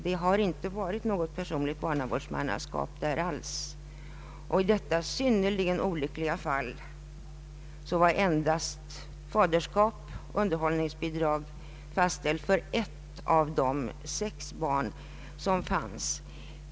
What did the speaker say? Här förekom inte något personligt barnavårdsmannaskap alls. I detta synnerligen olyckliga fall var faderskap och underhållsbidrag fastställt endast för ett av de sex barnen.